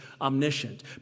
omniscient